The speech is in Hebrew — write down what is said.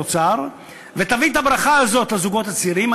אוצר ותביא את הברכה הזאת לזוגות הצעירים.